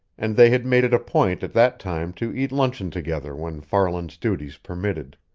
and they had made it a point at that time to eat luncheon together when farland's duties permitted.